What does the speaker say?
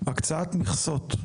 הקצאת מכסות,